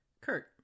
Kurt